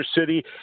City